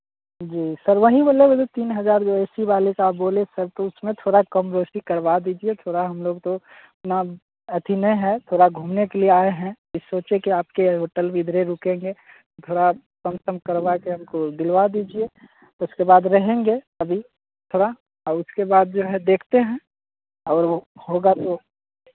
जी sir वहीं पर लेंगे तो तीन हज़ार जो ए सी वाले का बोले सर तो उसमें थोड़ा कम बेसी करवा दीजिए थोड़ा हमलोग तो उतना अथी नहीं हैं थोड़ा घूमने के लिए आए हैं ई सोचे कि आपके होटल के इधरे रुकेंगे थोड़ा कम सम करवा के हमको दिलवा दीजिए उसके बाद रहेंगे अभी थोड़ा आ उसके बाद जो है देखते हैं और वो होगा तो